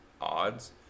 odds